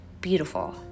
beautiful